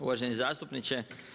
Uvaženi zastupniče.